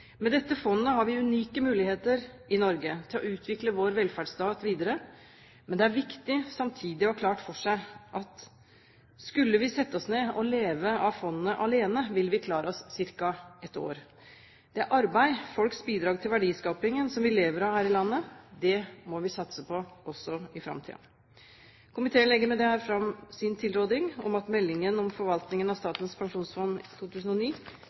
Med dette fondet har vi unike muligheter i Norge til å utvikle vår velferdsstat videre. Men det er viktig samtidig å ha klart for seg at skulle vi sette oss ned og leve av fondet alene, ville vi klare oss ca. ett år. Det er arbeid – folks bidrag til verdiskapingen – som vi lever av her i landet. Det må vi satse på også i framtiden. Komiteen legger med dette fram sin tilråding om at meldingen om forvaltningen av Statens pensjonsfond i 2009